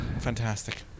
Fantastic